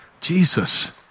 Jesus